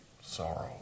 sorrow